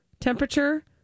temperature